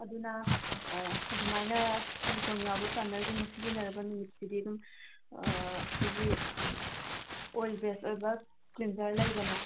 ꯑꯗꯨꯅ ꯑꯗꯨꯃꯥꯏꯅ ꯁꯤꯂꯤꯀꯣꯟ ꯌꯥꯎꯕ ꯄ꯭ꯔꯥꯏꯃꯔꯒꯨꯝꯕ ꯁꯤꯖꯤꯟꯅꯔꯨꯕ ꯅꯨꯃꯤꯠꯇꯨꯗꯤ ꯑꯗꯨꯝ ꯑꯩꯈꯣꯏꯒꯤ ꯑꯣꯏꯜ ꯕꯦꯁ ꯑꯣꯏꯕ ꯀ꯭ꯂꯤꯟꯖꯔ ꯂꯩꯗꯅ